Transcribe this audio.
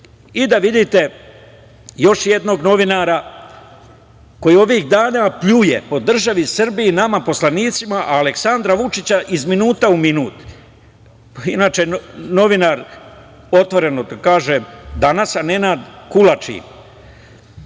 da vidite još jednog novinara koji ovih dana pljuje po državi Srbiji i nama poslanicima, a Aleksandra Vučića iz minuta u minut. Inače, novinar otvoreno kažem „Danas“ Nenad Kulačin,